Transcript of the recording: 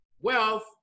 wealth